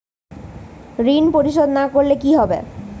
ঋণ পরিশোধ না করলে কি হবে?